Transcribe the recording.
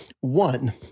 One